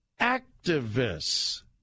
activists